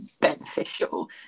beneficial